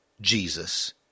Jesus